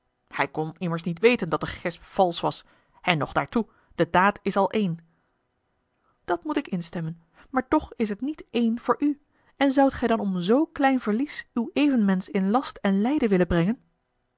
hij kon immers niet weten dat de gesp valsch was en nog daartoe de daad is al één dat moet ik instemmen maar toch het is niet één voor u en zoudt gij dan om z klein verlies uw evenmensch in last en lijden willen brengen